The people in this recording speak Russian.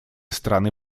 страны